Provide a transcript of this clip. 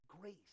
grace